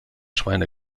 schweine